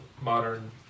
modern